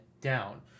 down